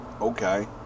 Okay